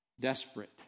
desperate